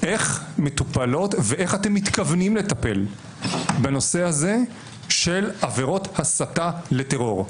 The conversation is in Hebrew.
איך מטופלות ואיך אתם מתכוונים לטפל בנושא הזה של עבירות הסתה לטרור.